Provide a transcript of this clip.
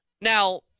Now